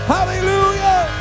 Hallelujah